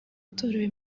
atorewe